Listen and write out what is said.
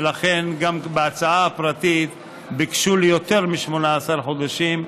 לכן גם בהצעה הפרטית ביקשו יותר מ-18 חודשים,